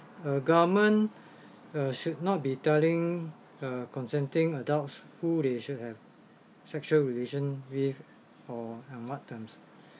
uh government uh should not be telling uh consenting adults who they should have sexual relation with or and what terms